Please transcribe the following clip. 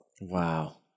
Wow